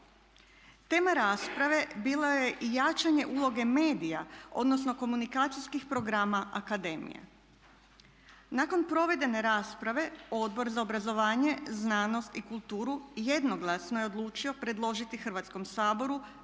Tema rasprave bilo je i jačanje uloge medija odnosno komunikacijskih programa akademije. Nakon provedene rasprave Odbor za obrazovanje, znanost i kulturu jednoglasno je odlučio predložiti Hrvatskom saboru